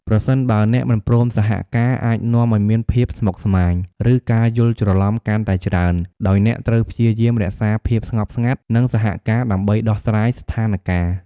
ប្រសិនបើអ្នកមិនព្រមសហការអាចនាំឱ្យមានភាពស្មុគស្មាញ ឬការយល់ច្រឡំកាន់តែច្រើន ដោយអ្នកត្រូវព្យាយាមរក្សាភាពស្ងប់ស្ងាត់ និងសហការដើម្បីដោះស្រាយស្ថានការណ៍។